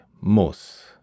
muss